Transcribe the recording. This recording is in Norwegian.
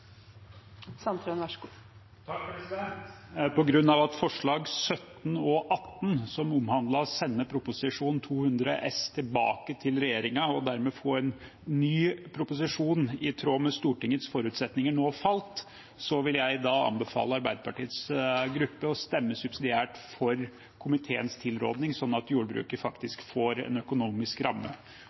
Sandtrøen har bedt om ordet. På grunn av at forslagene nr. 17 og 18, som omhandlet å sende Prop. 200 S for 2020–2021 tilbake til regjeringen og dermed få en ny proposisjon i tråd med Stortingets forutsetninger, nå falt, vil jeg anbefale Arbeiderpartiets gruppe å stemme subsidiært for komiteens tilråding, sånn at jordbruket faktisk får en økonomisk ramme